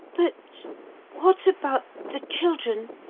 but what about the children?